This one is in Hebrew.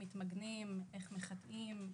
איך מתמגנים, איך מחטאים,